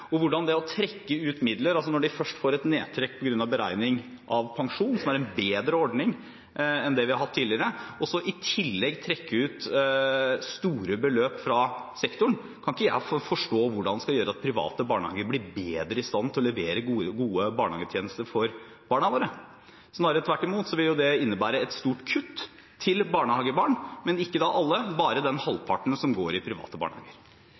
hvordan det å trekke ut midler, store beløp, fra sektoren – når de først får et nedtrekk på grunn av beregning av pensjon, som er en bedre ordning enn det vi har hatt tidligere – skal gjøre at private barnehager blir bedre i stand til å levere gode barnehagetjenester for barna våre. Snarere tvert imot vil det innebære et stort kutt til barnehagebarn, men ikke alle, bare til den halvparten som går i private barnehager.